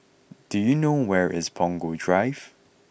do you know where is Punggol Drive